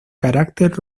carácter